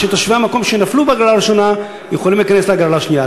כשתושבי המקום שנפלו בהגרלה הראשונה יכולים להיכנס להגרלה השנייה.